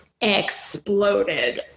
exploded